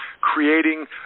creating